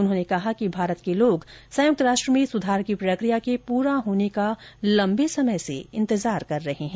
उन्होंने कहा कि भारत के लोग संयुक्त राष्ट्र में सुधार की प्रक्रिया के पूरा होने का लम्बे समय से इंतजार कर रहे हैं